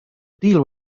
deal